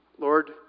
Lord